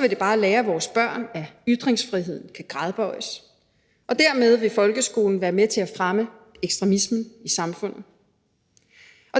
vil det bare lære vores børn, at ytringsfriheden kan gradbøjes, og dermed vil folkeskolen være med til at fremme ekstremismen i samfundet.